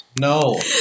No